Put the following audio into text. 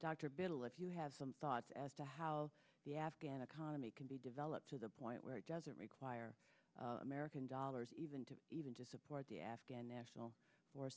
dr bill if you have some thoughts as to how the afghan economy can be developed to the point where it doesn't require american dollars even to even to support the afghan national for